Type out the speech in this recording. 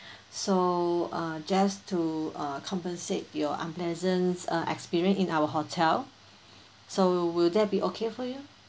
so uh just to uh compensate your unpleasant uh experience in our hotel so will there be okay for you